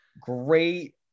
great